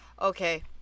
Okay